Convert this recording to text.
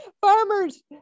farmers